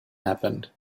happened